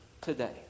today